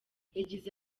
yagize